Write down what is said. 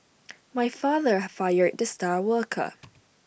my father fired the star worker